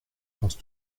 pense